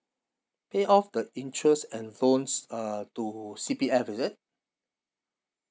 pay off the interest and loans uh to C_P_F is it